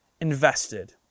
invested